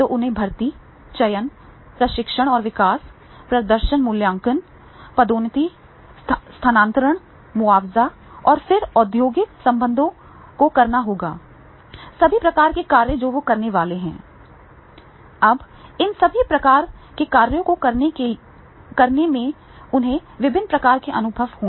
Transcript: उन्हें स्व निर्देशित होना होगा